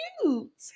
cute